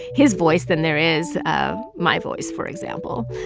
his voice than there is ah my voice, for example.